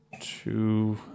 two